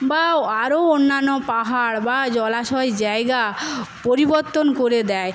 বা আরও অন্যান্য পাহাড় বা জলাশয় জায়গা পরিবর্তন করে দেয়